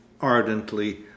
ardently